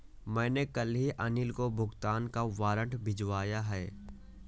मैंने कल ही अनिल को भुगतान का वारंट भिजवाया है